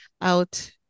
out